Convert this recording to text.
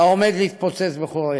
עד עשר דקות